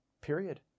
Period